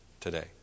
today